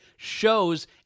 shows